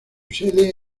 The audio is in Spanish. sede